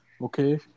Okay